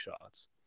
shots